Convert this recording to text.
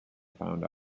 found